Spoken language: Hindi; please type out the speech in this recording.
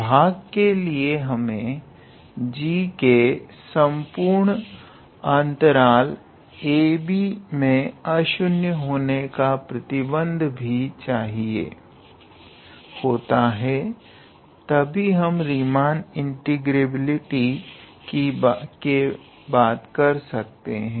भाग के लिए हमें g के संपूर्ण अंतराल ab में अशून्य होने का प्रतिबंध भी चाहिए होता है तभी हम रीमान इंटीग्रेबिलिटी की बात कर सकते हैं